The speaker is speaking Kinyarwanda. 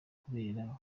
kubera